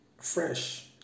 fresh